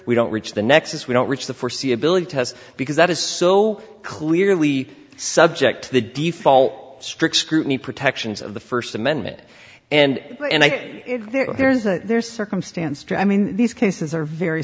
we don't reach the nexus we don't reach the foreseeability test because that is so clearly subject to the default strict scrutiny protections of the first amendment and there is a there's circumstance to i mean these cases are very